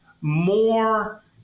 more